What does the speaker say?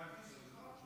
מהכיס שלך?